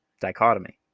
dichotomy